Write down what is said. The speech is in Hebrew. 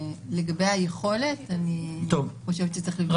לגבי היכולת, אני חושבת שצריך לבדוק --- טוב.